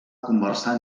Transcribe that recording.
conversar